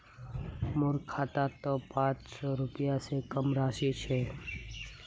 मोर खातात त पांच सौ रुपए स कम राशि छ